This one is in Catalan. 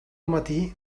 matí